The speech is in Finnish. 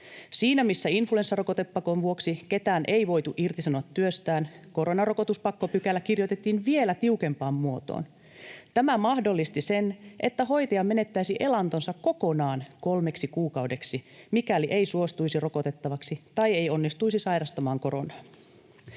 Siinä, missä influenssarokotepakon vuoksi ketään ei voitu irtisanoa työstään, koronarokotuspakkopykälä kirjoitettiin vielä tiukempaan muotoon. Tämä mahdollisti sen, että hoitaja menettäisi elantonsa kokonaan kolmeksi kuukaudeksi, mikäli ei suostuisi rokotettavaksi tai ei onnistuisi sairastamaan koronaa.